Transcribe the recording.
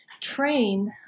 trained